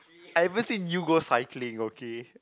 I haven't seen you go cycling okay